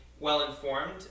well-informed